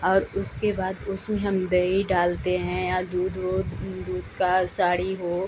और उसके बाद उसमें हम दही डालते हैं या दूध उध दूध का साढ़ी हो